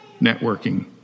networking